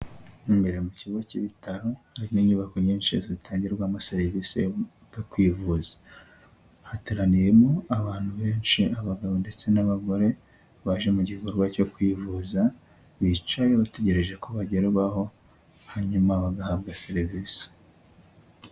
Imbere mu kigo cy'ibitaro hari inyubako nyinshi zitangirwamo serivisi zo kwivuza, hateraniyemo abantu benshi abagabo ndetse n'abagore baje mu gikorwa cyo kwivuza, bicaye bategereje ko bagerwaho, hanyuma bagahabwa serivisi.